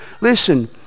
Listen